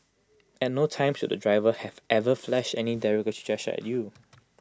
at no time should the driver have ever flashed any derogatory gesture at you